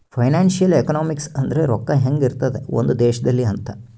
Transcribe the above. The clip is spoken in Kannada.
ಫೈನಾನ್ಸಿಯಲ್ ಎಕನಾಮಿಕ್ಸ್ ಅಂದ್ರ ರೊಕ್ಕ ಹೆಂಗ ಇರ್ತದ ಒಂದ್ ದೇಶದಲ್ಲಿ ಅಂತ